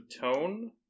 tone